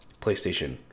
PlayStation